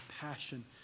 passion